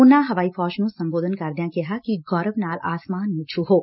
ਉਨਾਂ ਹਵਾਈ ਫੌਜ ਨੂੰ ਸੰਬੋਧਨ ਕਰਦਿਆਂ ਕਿਹਾ ਕਿ ਗੌਰਵ ਨਾਲ ਆਸਮਾਨ ਨੂੰ ਛੁਹੋ